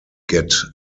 get